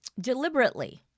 deliberately